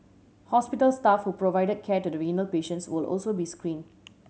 hospital staff who provided care to the renal patients will also be screened